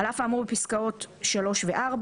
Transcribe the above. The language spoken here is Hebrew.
"על אף האמור בפסקאות (3) ו-(4),